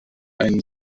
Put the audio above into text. einen